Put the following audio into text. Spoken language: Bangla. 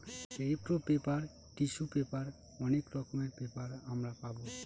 রিপ্র পেপার, টিসু পেপার অনেক রকমের পেপার আমরা পাবো